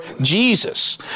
Jesus